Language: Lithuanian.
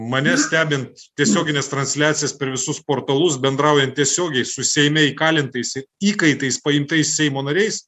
mane stebint tiesiogines transliacijas per visus portalus bendraujant tiesiogiai su seime įkalintais įkaitais paimtais seimo nariais